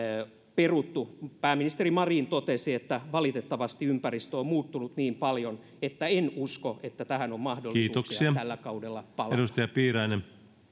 peruttu pääministeri marin totesi että valitettavasti ympäristö on muuttunut niin paljon että en usko että tähän on mahdollisuuksia tällä kaudella palata